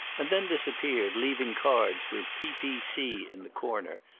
and then disappeared, leaving cards with p p c. in the corner,